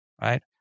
right